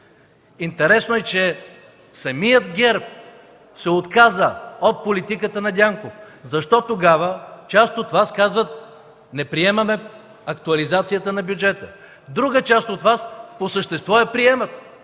Интересно е, че самата ГЕРБ се отказа от политиката на Дянков. Защо тогава част от Вас казват: „Не приемаме актуализацията на бюджета”? Друга част от Вас по същество я приемат,